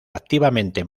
activamente